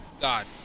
god